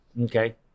Okay